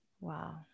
Wow